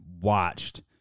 watched